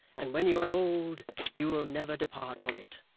and when you are old you will never depart from it.